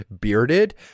bearded